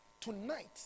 Tonight